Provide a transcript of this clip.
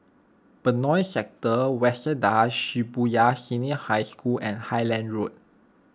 Benoi Sector Waseda Shibuya Senior High School and Highland Road